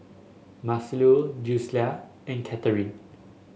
Marcelo Julisa and Katherin